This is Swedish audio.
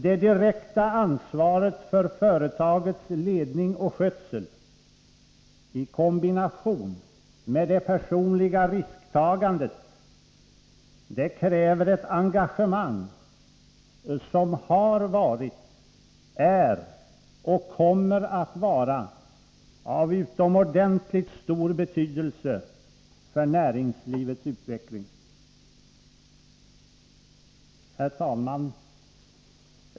Det direkta ansvaret för företagets ledning och skötsel i kombination med det personliga risktagandet kräver ett engagemang som har varit, är och kommer att vara av utomordentligt stor betydelse för näringslivets utveckling. Herr talman!